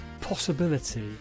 possibility